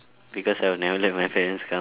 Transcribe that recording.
because I will never let my parents come